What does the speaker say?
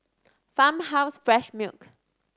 Farmhouse Fresh Milk